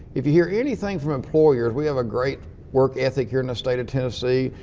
if you hear anything from employers, we have a great work ethic here in the state of tennessee.